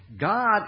God